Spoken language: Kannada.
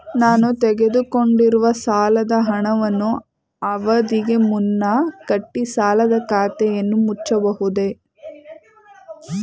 ನಾನು ತೆಗೆದುಕೊಂಡಿರುವ ಸಾಲದ ಹಣವನ್ನು ಅವಧಿಗೆ ಮುನ್ನ ಕಟ್ಟಿ ಸಾಲದ ಖಾತೆಯನ್ನು ಮುಚ್ಚಬಹುದೇ?